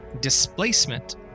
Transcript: Displacement